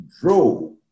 drove